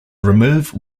remove